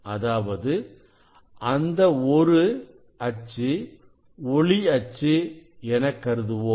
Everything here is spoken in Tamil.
அதாவது அந்த ஒரு அச்சு ஒளி அச்சு என கருதுவோம்